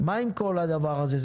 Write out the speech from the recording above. מה עם כל הדבר הזה?